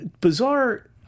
bizarre